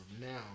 now